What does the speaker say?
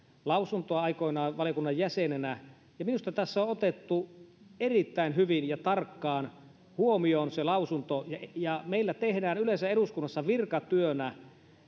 lausuntoa aikoinaan valiokunnan jäsenenä ja minusta tässä on otettu erittäin hyvin ja tarkkaan huomioon se lausunto meillä tehdään yleensä eduskunnassa virkatyönä